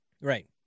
right